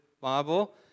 Bible